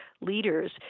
leaders